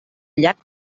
llac